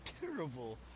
terrible